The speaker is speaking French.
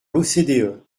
l’ocde